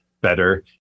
better